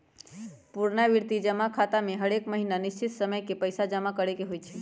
पुरनावृति जमा खता में हरेक महीन्ना निश्चित समय के पइसा जमा करेके होइ छै